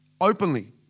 openly